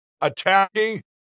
attacking